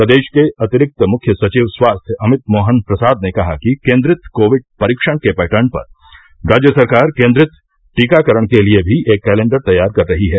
प्रदेश के अतिरिक्त मुख्य सचिव स्वास्थ्य अमित मोहन प्रसाद ने कहा कि केंद्रित कोविड परीक्षण के पैटर्न पर राज्य सरकार केंद्रित टीकाकरण के लिए भी एक कैलेंडर तैयार कर रही है